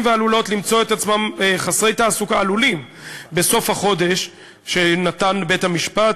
ועלולות למצוא עצמם חסרי תעסוקה בסוף החודש שנתן בית-המשפט,